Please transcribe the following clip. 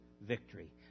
victory